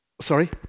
Sorry